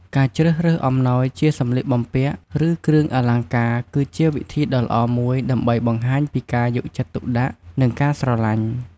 ការជ្រើសរើសអំណោយជា សម្លៀកបំពាក់ ឬ គ្រឿងអលង្ការ គឺជាវិធីដ៏ល្អមួយដើម្បីបង្ហាញពីការយកចិត្តទុកដាក់ និងការស្រឡាញ់។